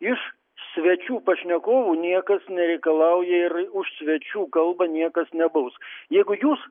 iš svečių pašnekovų niekas nereikalauja ir už svečių kalbą niekas nebaus jeigu jūs